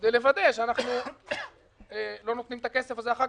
כדי לוודא שאנחנו לא נותנים את הכסף הזה ואחר